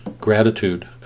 gratitude